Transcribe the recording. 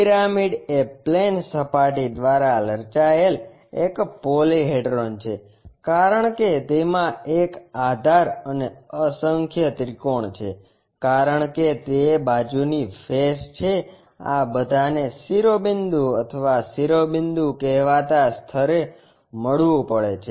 pyramid એ plane સપાટી દ્વારા રચાયેલ એક પોલિહેડ્રોન છે કારણ કે તેમા એક આધાર અને અસંખ્ય ત્રિકોણ છે કારણ કે તે બાજુની ફેસ છે આ બધાને શિરોબિંદુ અથવા શિરોબિંદુ કહેવાતા સ્થળે મળવું પડે છે